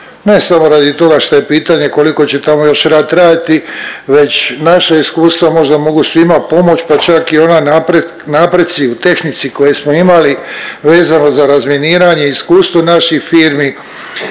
Ne samo radi toga šta je pitanje koliko će tamo još rat trajati već naša iskustva možda mogu svima pomoć, pa čak i oni napreci u tehnici koje smo imali vezano za razminiranje i iskustvo naših firmi,